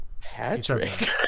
Patrick